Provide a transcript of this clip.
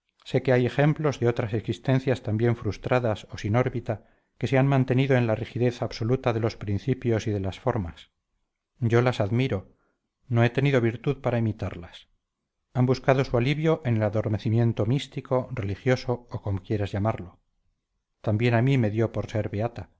sé que hay ejemplos de otras existencias también frustradas o sin órbita que se han mantenido en la rigidez absoluta de los principios y de las formas yo las admiro no he tenido virtud para imitarlas han buscado su alivio en el adormecimiento místico religioso o como quieras llamarlo también a mí me dio por ser beata